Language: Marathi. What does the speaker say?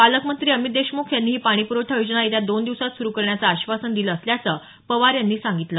पालकमंत्री अमित देशमुख यांनी ही पाणीपुरवठा योजना येत्या दोन दिवसात सुरू करण्याचं आश्वासन दिलं असल्याचं पवार यांनी सांगितलं